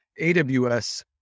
AWS